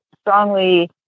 strongly